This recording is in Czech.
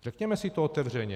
Řekněme si to otevřeně.